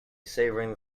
savouring